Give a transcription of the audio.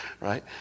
right